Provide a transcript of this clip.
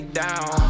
down